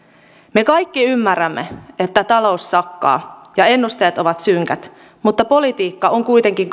me kaikki ymmärrämme että talous sakkaa ja ennusteet ovat synkät mutta politiikka on kuitenkin